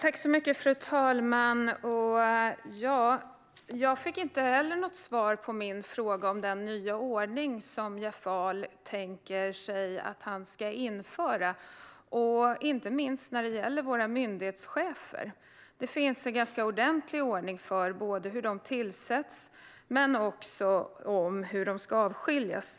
Fru talman! Jag fick inte heller något svar på min fråga om den nya ordning som Jeff Ahl tänker sig att införa. Det gäller inte minst våra myndighetschefer. Det finns en ordentlig ordning för hur de ska tillsättas och också hur de ska avskiljas.